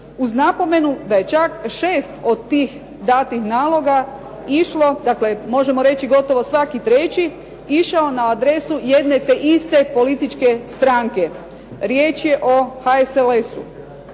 uz napomenu da je čak 6 od tih datih naloga išlo, dakle možemo reći gotovo svaki treći, išao na adresu jedne te iste političke stranke. Riječ je o HSLS-u.